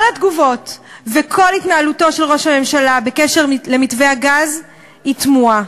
כל התגובות וכל ההתנהלות של ראש הממשלה בקשר למתווה הגז הן תמוהות,